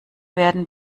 werden